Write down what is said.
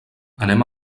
anem